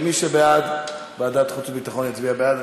מי שבעד ועדת החוץ והביטחון יצביע בעד.